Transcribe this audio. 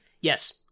Yes